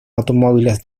automóviles